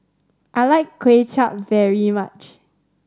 I like Kuay Chap very much